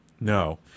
No